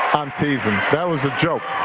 um teasing. that was a joke.